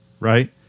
Right